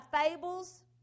fables